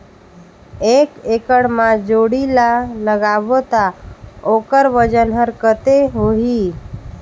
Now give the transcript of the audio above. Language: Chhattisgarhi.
एक एकड़ मा जोणी ला लगाबो ता ओकर वजन हर कते होही?